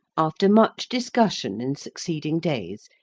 after much discussion in succeeding days,